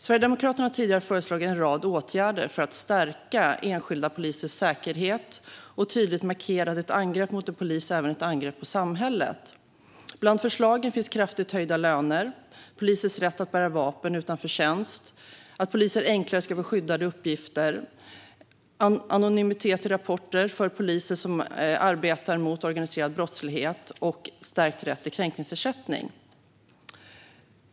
Sverigedemokraterna har tidigare föreslagit en rad åtgärder för att stärka enskilda polisers säkerhet och tydligt markera att ett angrepp mot en polis även är ett angrepp på samhället. Bland förslagen finns kraftigt höjda löner, polisers rätt att bära vapen utanför tjänst, att poliser enklare ska få skyddade uppgifter, anonymitet i rapporter för poliser som arbetar mot organiserad brottslighet och stärkt rätt till kränkningsersättning.